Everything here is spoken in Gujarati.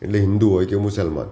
એટલે હિન્દુ હોય કે મુસલમાન